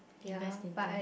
invest in thing